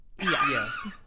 Yes